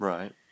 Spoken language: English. Right